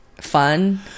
fun